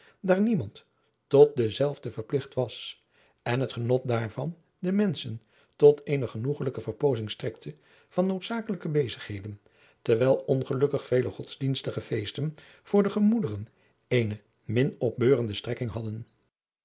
daar niemand tot dezelve verpligt was en het genot daarvan den mensen tot eene ge noegelijke verpoozing strekte van noodzakelijke bezigheden terwijl ongelukkig vele godsdienstige feesten voor de gemoederen eene min opbeurende strekking hadden